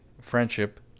Friendship